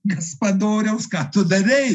gaspadoriaus ką tu darei